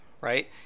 right